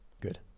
Good